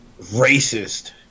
racist